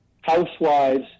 housewives